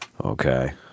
Okay